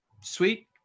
Sweet